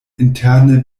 interne